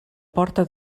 porta